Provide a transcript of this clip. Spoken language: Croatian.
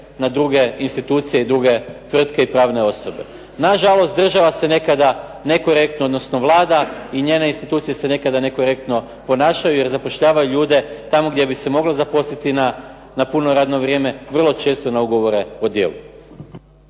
na druge institucije i druge tvrtke i pravne osobe. Na žalost, država se nekada nekorektno, odnosno Vlada i njene institucije se nekada nekorektno ponašaju jer zapošljavaju ljude tamo gdje bi se moglo zaposliti na puno radno vrijeme vrlo često na ugovore o djelu.